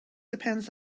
depends